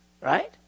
Right